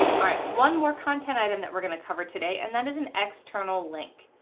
all right, one more content item that we're going to cover today and that is an external link.